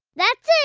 that's it.